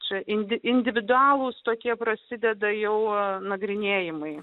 čia indi individualūs tokie prasideda jau nagrinėjimai